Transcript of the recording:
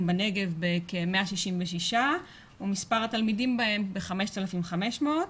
בנגב בכ-166 ומספר התלמידים בהם ב-5,500.